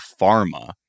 pharma